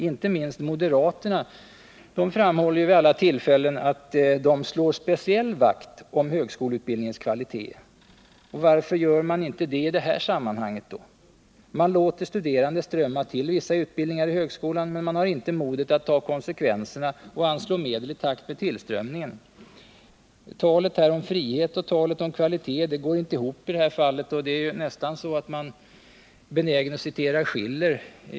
Inte minst moderaterna framhåller vid alla tillfällen att de slår speciell vakt om högskoleutbildningens kvalitet. Varför gör man inte det i det här sammanhanget? Man låter studerande strömma till vissa utbildningar i högskolorna, men man har inte modet att ta konsekvenserna och anslå medel i takt med tillströmningen. Talet om frihet och talet om kvalitet går inte ihop i det här fallet. Det är nästan så att man är benägen att citera Schiller.